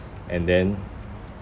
and then